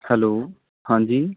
hello ਹਾਂਜੀ